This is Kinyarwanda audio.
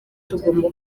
tugomba